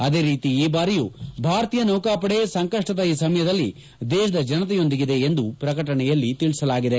ಅದೇ ರೀತಿ ಈ ಭಾರಿಯೂ ಭಾರತೀಯ ನೌಕಾಪಡೆಯು ಸಂಕಷ್ಷದ ಈ ಸಮಯದಲ್ಲಿ ದೇಶದ ಜನತೆಯೊಂದಿಗಿದೆ ಎಂದು ಪ್ರಕಟಣೆಯಲ್ಲಿ ತಿಳಿಸಲಾಗಿದೆ